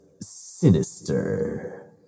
sinister